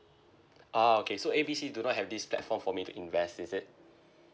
orh okay so A B C do not have this platform for me to invest is it